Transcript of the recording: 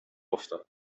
افتاد